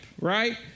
right